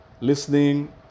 listening